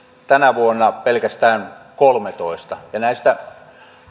tänä vuonna kolmetoista ja näistä